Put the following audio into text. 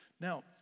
Now